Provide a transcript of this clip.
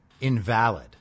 invalid